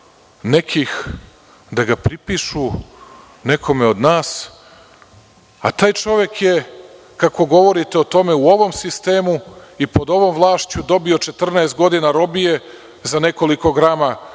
nekih da ga pripišu nekome od nas, a taj čovek je, kako govorite o tome, u ovom sistemu i pod ovom vlašću dobio 14 godina robije za nekoliko grama